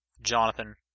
Jonathan